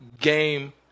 game